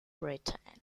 britain